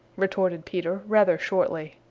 retorted peter rather shortly.